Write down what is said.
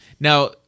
Now